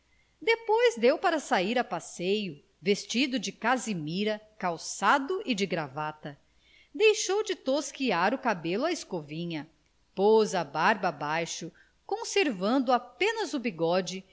depois deu para sair a passeio vestido de casimira calçado e de gravata deixou de tosquiar o cabelo à escovinha pôs a barba abaixo conservando apenas o bigode